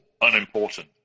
unimportant